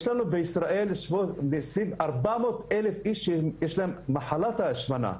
יש לנו בישראל 400 אלף איש עם מחלת ההשמנה.